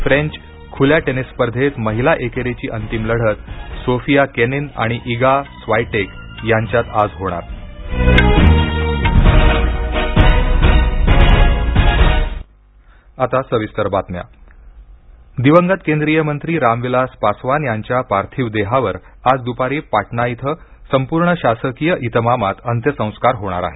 French खुल्या tennis स्पर्धेत महिला एकेरीची अंतिम लढत सोफिया केनिन आणि इगा स्वायटेक यांच्यात आज होणार आता सविस्तर बातम्या पासवान दिवंगत केंद्रीय मंत्री रामविलास पासवान यांच्या पार्थिव देहावर आज दुपारी पाटणा इथं संपूर्ण शासकीय इतमामात अंत्यसंस्कार होणार आहेत